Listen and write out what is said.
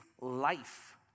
life